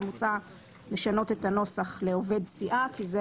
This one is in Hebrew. אז מוצע לשנות את הנוסח ל"עובד סיעה" כי זה